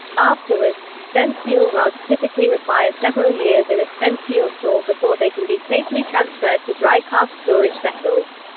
afterwards, spent fuel rods typically require several years in a spent fuel pool before they can be safely transferred to dry cask storage vessels.